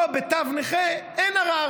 פה, בתו נכה, אין ערר.